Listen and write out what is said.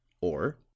or